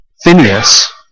Phineas